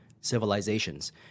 civilizations